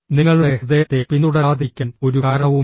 നിങ്ങളുടെ ഹൃദയത്തെ പിന്തുടരാതിരിക്കാൻ ഒരു കാരണവുമില്ല